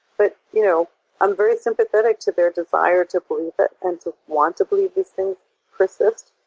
but you know i'm very sympathetic to their desire to believe it and to want to believe these things persist.